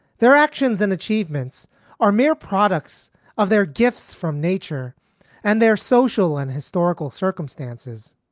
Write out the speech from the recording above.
their actions and achievements are mere products of their gifts from nature and their social and historical circumstances.